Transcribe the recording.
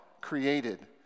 created